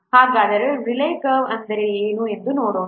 ಹಾಗಾದರೆ Rayleigh curve ಎಂದರೇನು ಎಂದು ನೋಡೋಣ